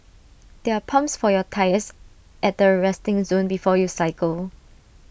there are pumps for your tyres at the resting zone before you cycle